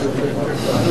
ממשלתית למים,